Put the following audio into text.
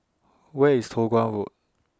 Where IS Toh Guan Road